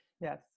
Yes